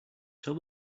tell